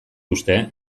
uste